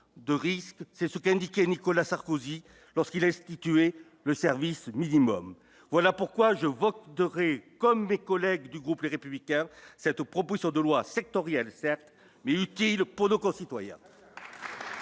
de risques, c'est ce qu'indiquait Nicolas Sarkozy lorsqu'il est institué, le service minimum, voilà pourquoi je vote dorée comme des collègues du groupe, les républicains, cette proposition de loi sectorielles, certes, mais utile pour nos concitoyens.